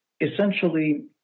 essentially